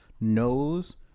Knows